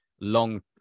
long